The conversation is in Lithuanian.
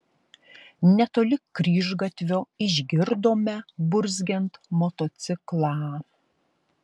netoli kryžgatvio išgirdome burzgiant motociklą